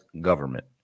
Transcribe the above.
government